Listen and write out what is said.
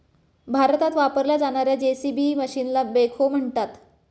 भारतात वापरल्या जाणार्या जे.सी.बी मशीनला बेखो म्हणतात